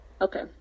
Okay